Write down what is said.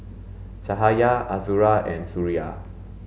Cahaya Azura and Suria